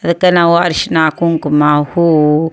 ಅದಕ್ಕೆ ನಾವು ಅರಿಶ್ನ ಕುಂಕುಮ ಹೂವು